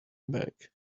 back